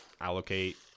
allocate